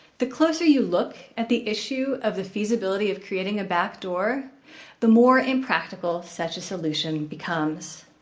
the closer you look at the issue of the feasibility of creating a back door the more impractical such a solution becomes.